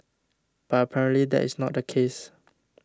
but apparently that is not the case